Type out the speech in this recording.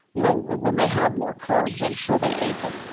you know when they had more carbs, i'm sure they ate them.